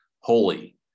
holy